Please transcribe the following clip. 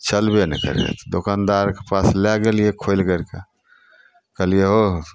चलबे नहि करै दोकानदारके पास लै गेलिए खोलि करिके कहलिए हौ हौ